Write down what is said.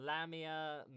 Lamia